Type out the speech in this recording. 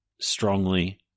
strongly